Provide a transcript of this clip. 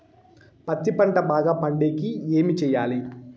పత్తి పంట బాగా పండే కి ఏమి చెయ్యాలి?